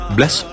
Bless